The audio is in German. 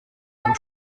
dem